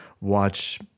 watch